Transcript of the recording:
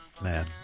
man